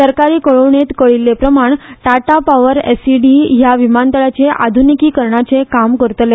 सरकारी कळोवणेंत कळीत केल्ले प्रमाण टाटा पाव्हर एसईडी ह्या विमानतळाचे आधुनिकीकरणाचें काम करतले